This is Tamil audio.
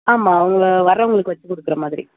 ஆமாம் அவங்க வரவர்களுக்கு வெச்சு கொடுக்கற மாதிரி